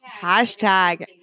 Hashtag